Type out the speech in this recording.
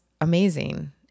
amazing